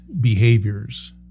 behaviors